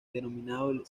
denominado